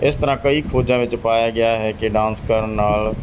ਇਸ ਤਰ੍ਹਾਂ ਕਈ ਖੋਜਾਂ ਵਿੱਚ ਪਾਇਆ ਗਿਆ ਹੈ ਕਿ ਡਾਂਸ ਕਰਨ ਨਾਲ